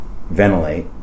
ventilate